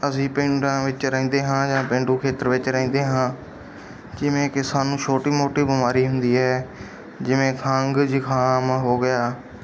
ਅਸੀਂ ਪਿੰਡਾਂ ਵਿੱਚ ਰਹਿੰਦੇ ਹਾਂ ਜਾਂ ਪੇਂਡੂ ਖੇਤਰ ਵਿੱਚ ਰਹਿੰਦੇ ਹਾਂ ਜਿਵੇਂ ਕਿ ਸਾਨੂੰ ਛੋਟੀ ਮੋਟੀ ਬਿਮਾਰੀ ਹੁੰਦੀ ਹੈ ਜਿਵੇਂ ਖੰਘ ਜ਼ੁਕਾਮ ਹੋ ਗਿਆ